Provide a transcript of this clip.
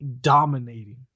dominating